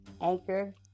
Anchor